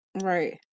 Right